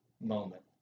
moment